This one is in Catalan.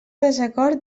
desacord